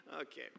Okay